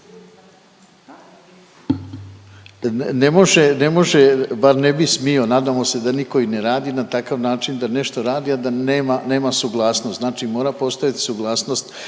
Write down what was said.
ne može, bar ne bi smio, nadamo se da ni koji ne radi na takav način da nešto radi, a da nema, nema suglasnost. Znači mora postojati suglasnost